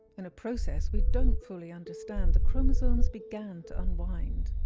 in a process we don't fully understand, the chromosomes began to unwind.